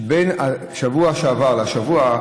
שבין השבוע שעבר לשבוע,